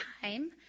time